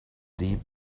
deep